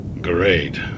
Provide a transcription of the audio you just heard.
Great